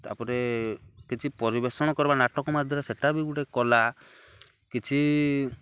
ତାପରେ କିଛି ପରିବେଷଣ କର୍ବାର୍ ନାଟକ ମାଧ୍ୟମରେ ସେଟା ବି ଗୁଟେ କଲା କିଛି